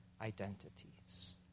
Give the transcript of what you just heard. identities